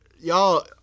Y'all